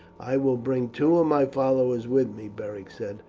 i will bring two of my followers with me, beric said.